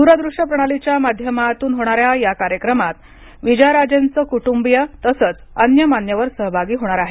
दूरदृश्य प्रणालीच्या माध्यमातून होणाऱ्या या कार्यक्रमात विजयराजेंचे कुटुंबीय तसंच अन्य मान्यवर सहभागी होणार आहेत